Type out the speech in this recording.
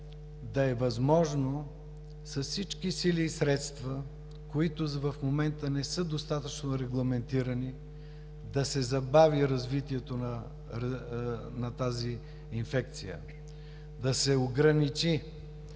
да е възможно с всички сили и средства, които в момента не са достатъчно регламентирани, да се забави развитието на тази инфекция, да се ограничи.